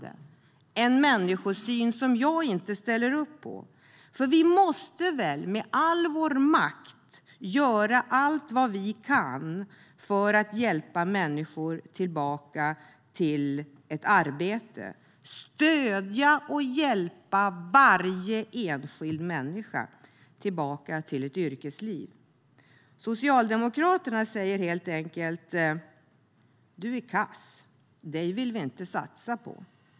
Det är en människosyn som jag inte ställer upp på. Vi måste väl med all vår makt göra allt vi kan för att hjälpa människor tillbaka till ett arbete, för att stödja och hjälpa varje enskild människa tillbaka till ett yrkesliv. Socialdemokraterna säger helt enkelt: "Du är kass. Dig vill vi inte satsa på."